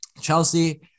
Chelsea